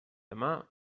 demà